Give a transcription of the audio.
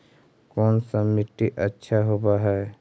कोन सा मिट्टी अच्छा होबहय?